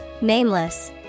Nameless